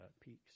peaks